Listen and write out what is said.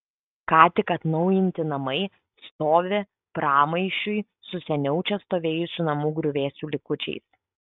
ką tik atnaujinti namai stovi pramaišiui su seniau čia stovėjusių namų griuvėsių likučiais